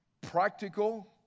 practical